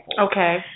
Okay